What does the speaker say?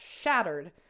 shattered